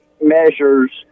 measures